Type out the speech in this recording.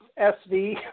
SV